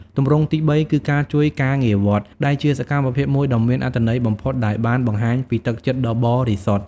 ទម្រង់ទីបីគឺការជួយការងារវត្ត ដែលជាសកម្មភាពមួយដ៏មានអត្ថន័យបំផុតដែលបានបង្ហាញពីទឹកចិត្តដ៏បរិសុទ្ធ។